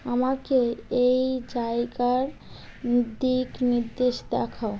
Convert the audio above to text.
আমাকে এই জায়গার দিকনির্দেশ দেখাও